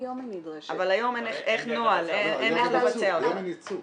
אבל היום אין נוהל, אין איך לבצע אותו.